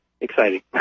exciting